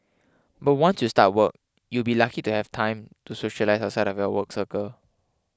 but once you start work you'll be lucky to have time to socialise outside of your work circle